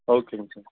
ஓகேங்க சார்